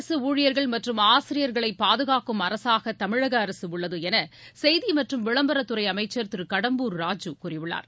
அரசு ஊழியர்கள் மற்றும் ஆசிரியர்களை பாதுகாக்கும் அரசாக தமிழக அரசு உள்ளது என செய்தி மற்றும் விளம்பரத்துறை அமைச்சர் திரு கடம்பூர் ராஜு கூறியுள்ளார்